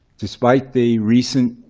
despite the recent